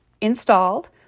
installed